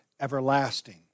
everlasting